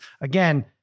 again